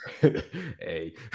Hey